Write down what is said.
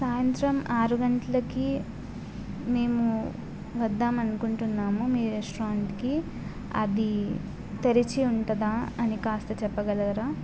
సాయంత్రం ఆరు గంటలకి మేము వద్దాం అనుకుంటున్నాము మీ రెస్టారెంట్కి అది తెరిచి ఉంటుందా అని కాస్త చెప్పగలగరా